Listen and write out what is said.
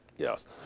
Yes